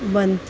बंद